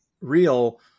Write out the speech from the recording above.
real